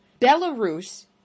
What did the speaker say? Belarus